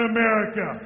America